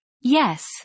Yes